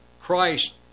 Christ